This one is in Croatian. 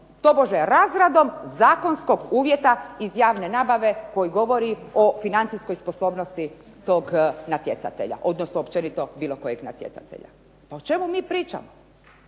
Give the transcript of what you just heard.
tobože, razradom zakonskog uvjeta iz javne nabave koji govori o financijskoj sposobnosti tog natjecatelja, odnosno općenito bilo kojeg natjecatelja. Pa o čemu mi pričamo?